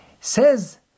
Says